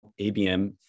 ABM